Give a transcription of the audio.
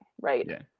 right